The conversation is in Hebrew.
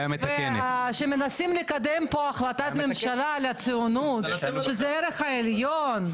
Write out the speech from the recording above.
שמנסים לקדם פה החלטת ממשלה על הציונות שזה ערך עליון.